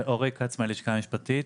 אורי כץ מהלשכה המשפטית.